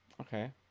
okay